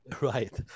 Right